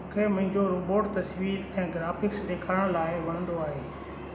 मूंखे मुंहिंजो रोबोट तस्वीर ऐं ग्राफिक्स ॾेखारण लाइ वणंदो आहे